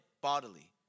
bodily